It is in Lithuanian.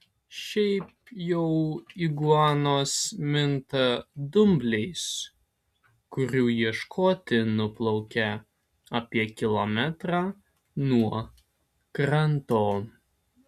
šiaip jau iguanos minta dumbliais kurių ieškoti nuplaukia apie kilometrą nuo kranto